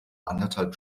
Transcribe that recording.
anderthalb